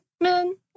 men